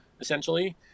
essentially